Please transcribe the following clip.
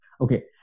Okay